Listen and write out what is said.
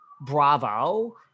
bravo